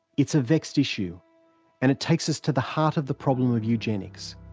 it's a vexed issue and it takes us to the heart of the problem of eugenics.